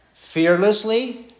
Fearlessly